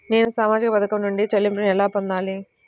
నేను సామాజిక పథకం నుండి చెల్లింపును ఎలా పొందాలి?